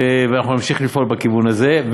ואנחנו נמשיך לפעול בכיוון הזה,